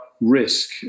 risk